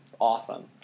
awesome